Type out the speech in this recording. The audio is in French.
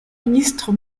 ministre